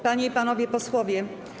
Panie i Panowie Posłowie!